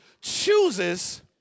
chooses